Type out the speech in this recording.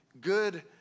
good